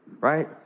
right